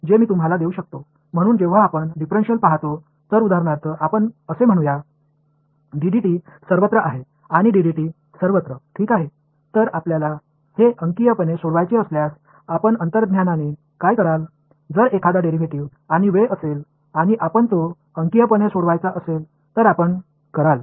எனவே நாம் பார்க்கும் போது டிஃபரென்ஷியல் வடிவம் என்று உதாரணமாக என்று சொல்லலாம் இது எல்லா இடங்களிலும் இருக்கிறது இதை நீங்கள் எண்ணிக்கையில் தீர்க்க வேண்டுமென்றால் ஒரு டெரிவேட்டிவ்ஸ் மற்றும் நேரம் இருந்தால் அதை நீங்கள் எண்ணாக தீர்க்க விரும்பினால்